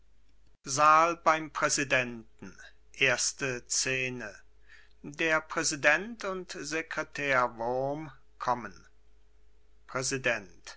saal beim präsidenten erste scene der präsident und sekretär wurm kommen präsident